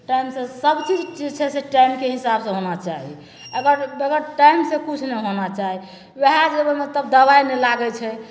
टाइमसे सबचीज जे छै से टाइमके हिसाबसे होना चाही अगर बेगर टाइमसे किछु नहि होना चाही वएह जे ओहिमे तब दवाइ नहि लागै छै